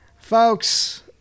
Folks